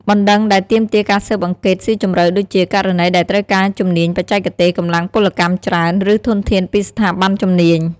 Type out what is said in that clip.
បណ្តឹងដែលទាមទារការស៊ើបអង្កេតស៊ីជម្រៅដូចជា ករណីដែលត្រូវការជំនាញបច្ចេកទេស កម្លាំងពលកម្មច្រើន ឬធនធានពីស្ថាប័នជំនាញ។